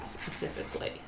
specifically